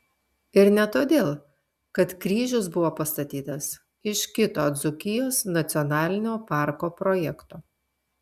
ir ne todėl kad kryžius buvo pastatytas iš kito dzūkijos nacionalinio parko projekto